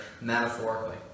metaphorically